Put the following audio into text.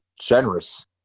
generous